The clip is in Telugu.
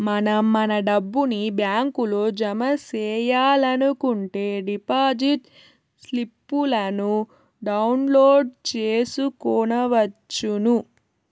మనం మన డబ్బుని బ్యాంకులో జమ సెయ్యాలనుకుంటే డిపాజిట్ స్లిప్పులను డౌన్లోడ్ చేసుకొనవచ్చును